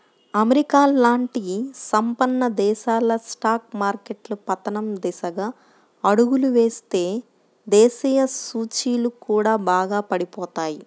America లాంటి సంపన్న దేశాల స్టాక్ మార్కెట్లు పతనం దిశగా అడుగులు వేస్తే దేశీయ సూచీలు కూడా బాగా పడిపోతాయి